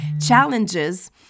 challenges